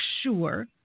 sure